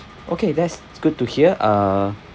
okay that's good to hear uh